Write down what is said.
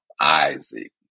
Isaac